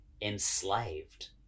enslaved